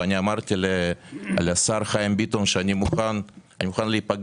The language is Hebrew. וגם אמרתי לשר חיים ביטון שאני מוכן להיפגש,